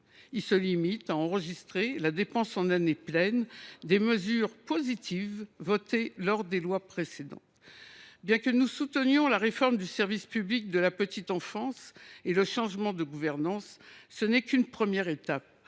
il se limite à enregistrer les dépenses, en année pleine, liées aux mesures votées lors des lois précédentes. Bien que nous soutenions la réforme du service public de la petite enfance et le changement de gouvernance, il ne s’agit là que d’une première étape.